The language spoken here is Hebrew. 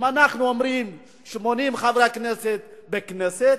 אם אנחנו אומרים 80 חברי כנסת בכנסת,